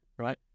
Right